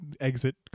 exit